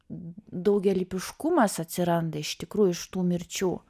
daugialypiškumas atsiranda iš tikrųjų iš tų mirčių